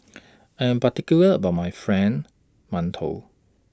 I Am particular about My Friend mantou